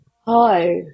Hi